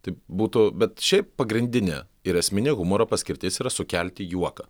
tai būtų bet šiaip pagrindinė ir esminė humoro paskirtis yra sukelti juoką